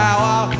Power